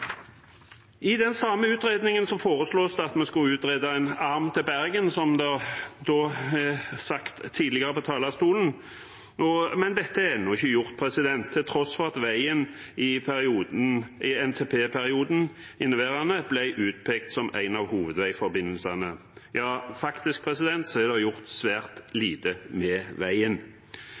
I den samme utredningen foreslås det å utrede en arm til Bergen, som sagt tidligere fra talerstolen, men dette er ennå ikke gjort, til tross for at veien i inneværende NTP-periode ble utpekt som en av hovedveiforbindelsene. Ja, faktisk er det gjort svært lite med veien.